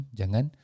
jangan